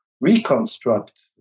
reconstruct